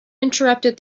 interrupted